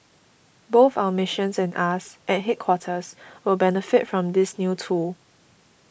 both our missions and us at headquarters will benefit from this new tool